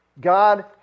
God